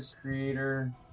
creator